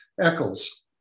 Eccles